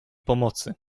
pomocy